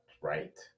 right